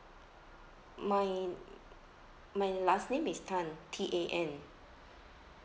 my my last name is tan T A N